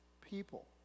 people